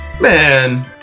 Man